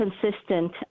consistent